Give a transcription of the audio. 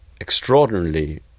extraordinarily